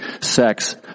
sex